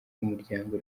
rw’umuryango